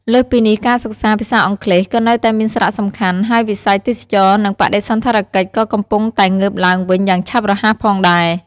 លើសពីនេះ ការសិក្សា ភាសាអង់គ្លេស ក៏នៅតែមានសារៈសំខាន់ ហើយវិស័យ ទេសចរណ៍ និងបដិសណ្ឋារកិច្ច ក៏កំពុងតែងើបឡើងវិញយ៉ាងឆាប់រហ័សផងដែរ។